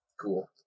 Cool